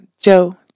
joe